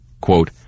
quote